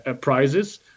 prizes